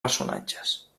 personatges